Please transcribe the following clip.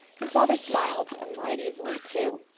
his father smiled and lied easily, too,